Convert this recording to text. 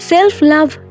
Self-love